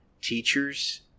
teachers